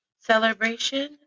celebration